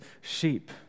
sheep